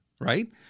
right